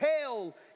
hell